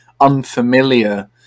unfamiliar